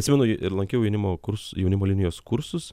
atsimenu ir lankiau jaunimo kurs jaunimo linijos kursus